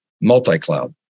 multi-cloud